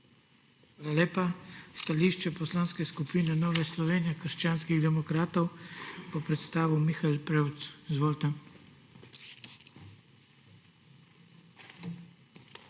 Hvala lepa. Stališče Poslanske skupine Nove Slovenije – Krščanskih demokratov bo predstavil Mihael Prevc. **MIHAEL